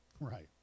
Right